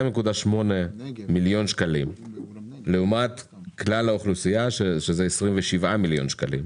2.8 מיליון שקלים לעומת כלל האוכלוסייה שזה 27 מיליון שקלים,